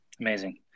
Amazing